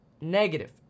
Negative